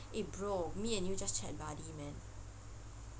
eh bro me and you just chat buddy man